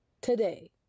today